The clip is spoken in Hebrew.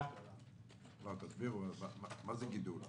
תסבירו מה זה גידול.